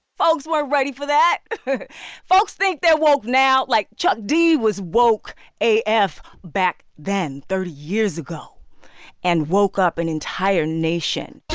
folks were ready for that folks think they're wolke now, like chuck d was woak a f. back then thirty years ago and woke up an entire nation